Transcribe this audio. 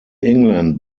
england